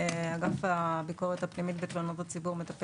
אגף הביקורת הפנימית בתלונות הציבור מטפל